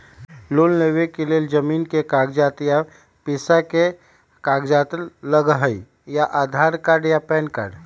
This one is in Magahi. लोन लेवेके लेल जमीन के कागज या पेशा के कागज लगहई या आधार कार्ड या पेन कार्ड?